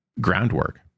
groundwork